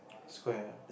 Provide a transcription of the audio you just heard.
square